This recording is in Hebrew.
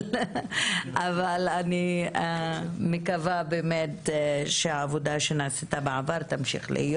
אבל אני מקווה שהעבודה שנעשתה בעבר תמשיך להיות.